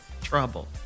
trouble